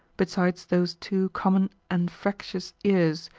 besides those two common anfractuous ears,